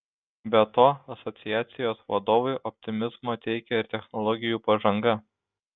be to asociacijos vadovui optimizmo teikia ir technologijų pažanga